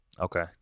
Okay